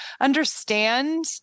understand